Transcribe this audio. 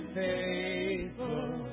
faithful